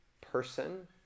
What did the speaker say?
person